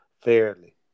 fairly